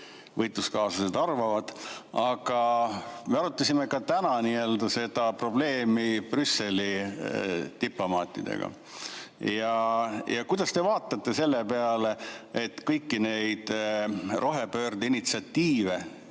võitluskaaslased arvavad. Aga me arutasime ka täna seda probleemi Brüsseli diplomaatidega. Kuidas te vaatate selle peale, et kõiki neid rohepöördeinitsiatiive,